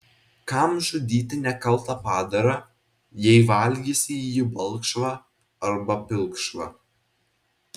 kam žudyti nekaltą padarą jei valgysi jį balkšvą arba pilkšvą